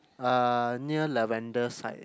uh near Lavender side